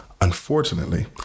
Unfortunately